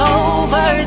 over